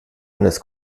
eines